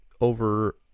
over